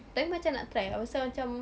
then I macam nak try I rasa macam